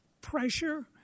pressure